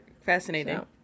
fascinating